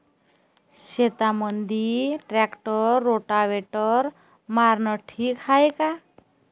शेतामंदी tractor rotavator मारनं ठीक हाये का?